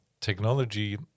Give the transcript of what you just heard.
Technology